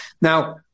Now